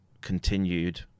continued